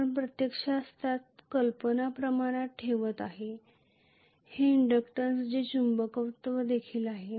आपण प्रत्यक्षात त्यास काल्पनिक प्रमाणात ठेवत आहात हे इंडॅक्टन्स जे चुंबकत्व देखील आहे